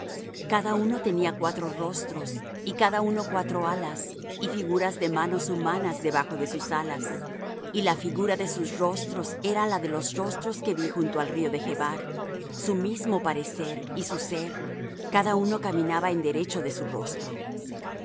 cada uno tenía cuatro rostros y cada uno cuatro alas y figuras de manos humanas debajo de sus alas y la figura de sus rostros era la de los rostros que vi junto al río de chebar su mismo parecer y su ser cada uno caminaba en derecho de su rostro y